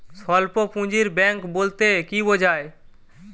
স্বল্প পুঁজির ব্যাঙ্ক বলতে কি বোঝায়?